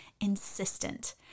insistent